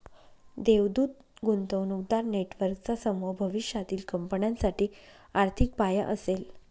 देवदूत गुंतवणूकदार नेटवर्कचा समूह भविष्यातील कंपन्यांसाठी आर्थिक पाया असेल